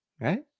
Right